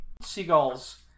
Seagulls